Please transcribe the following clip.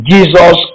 Jesus